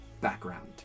background